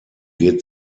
geht